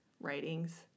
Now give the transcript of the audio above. writings